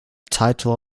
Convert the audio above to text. title